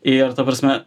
ir ta prasme